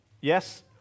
Yes